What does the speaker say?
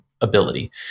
ability